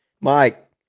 mike